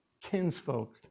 kinsfolk